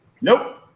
Nope